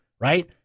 right